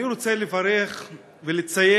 אני רוצה לברך ולציין